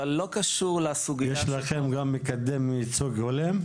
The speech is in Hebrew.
אבל לא קשור --- יש לכם גם מקדם ייצוג הולם?